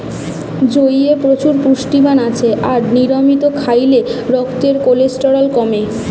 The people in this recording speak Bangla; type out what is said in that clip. জইয়ে প্রচুর পুষ্টিমান আছে আর নিয়মিত খাইলে রক্তের কোলেস্টেরল কমে